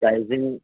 pricing